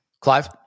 Clive